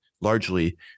largely